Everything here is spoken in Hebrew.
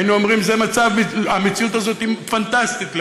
היינו אומרים שהמציאות הזאת היא פנטסטית לאופוזיציה,